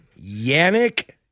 Yannick